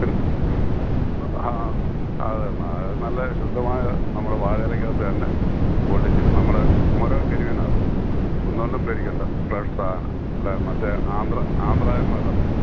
N ആ അതേന്ന് അത് നല്ല ശുദ്ധമായ നമ്മൾ വാഴയിലയ്ക്ക് അകത്ത് തന്നെ പൊള്ളിച്ച് നമ്മുടെ കുമരകം കരിമീനാണ് അത് ഒന്ന് കൊണ്ടും പേടിക്കേണ്ട ഫ്രഷ് സാധനം ആണ് അല്ല മറ്റേ ആന്ധ്ര ആന്ധ്രാ ഒന്നുമല്ല നമ്മൾ കൊടുക്കുന്നത്